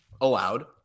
allowed